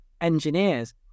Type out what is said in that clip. engineers